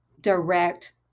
direct